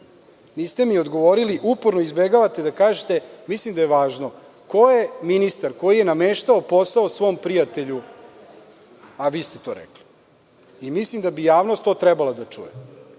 Niste mi odgovorili, uporno izbegavate da kažete, a mislim da je važno, ko je ministar koji je nameštao posao svom prijatelju. Mislim, da bi javnost to trebalo da